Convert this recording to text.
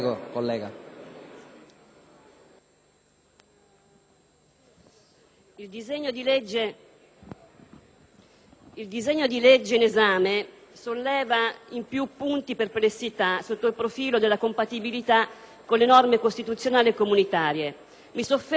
il disegno di legge in esame solleva in più punti perplessità sotto il profilo della compatibilità con le norme costituzionali e comunitarie. Mi soffermo sull'articolo 5 e sull'articolo 47.